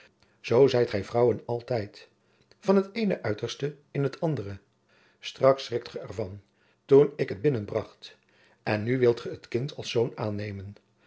zoo zijt gij vrouwen altijd van t eene uiterste in t andere straks schriktet ge er van toen ik het binnenbracht en nu wilt ge het kind als zoon aannemen